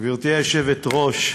גברתי היושבת-ראש,